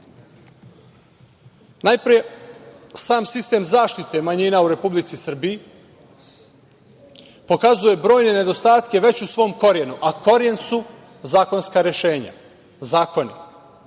Najpre, sam sistem zaštite manjina u Republici Srbiji pokazuje brojne nedostatke već u svom korenu, a koren su zakonska rešenja, zakoni. Mi